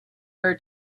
her